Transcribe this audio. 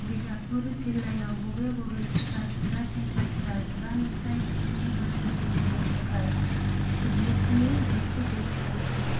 बिजापुर जिल्लायाव बबे बबे टिका थुग्रा सेन्टारफोरा जिबानिफ्राय जिस्नि बोसोर बैसोनि थाखाय स्पुटनिकनि नैथि द'जखौ होयो